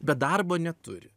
bet darbo neturi